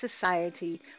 society